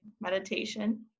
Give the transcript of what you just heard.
meditation